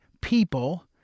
people